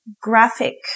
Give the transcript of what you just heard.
graphic